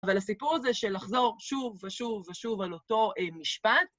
אבל הסיפור זה שלחזור שוב ושוב ושוב על אותו משפט.